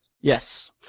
Yes